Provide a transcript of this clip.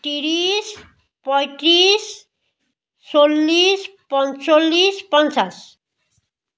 ত্ৰিছ পয়ত্ৰিছ চল্লিছ পঞ্চল্লিছ পঞ্চাছ